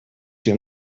sie